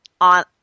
on